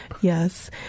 Yes